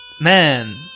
Man